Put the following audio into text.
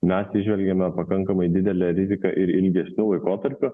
mes įžvelgiame pakankamai didelę riziką ir ilgesniu laikotarpiu